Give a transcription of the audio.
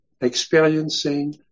experiencing